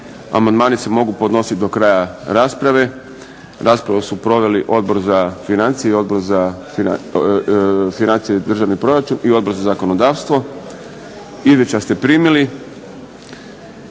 Amandmani se mogu podnositi do kraja rasprave. Raspravu su proveli Odbor za financije i državni proračun i Odbor za zakonodavstvo. Izvješća ste primili.